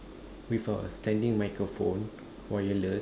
with a standing microphone wireless